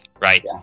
Right